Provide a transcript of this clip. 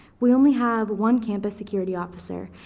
we only have one campus security officer,